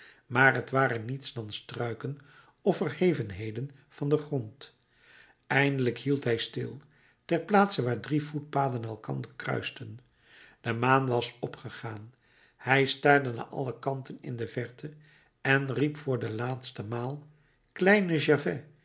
maar t waren niets dan struiken of verhevenheden van den grond eindelijk hield hij stil ter plaatse waar drie voetpaden elkander kruisten de maan was opgegaan hij staarde naar alle kanten in de verte en riep voor de laatste maal